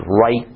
right